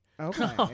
Okay